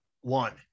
one